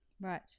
Right